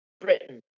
Britain